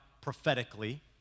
prophetically